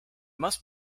must